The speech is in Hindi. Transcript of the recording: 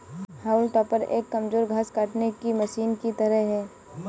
हाउल टॉपर एक कमजोर घास काटने की मशीन की तरह है